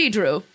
Drew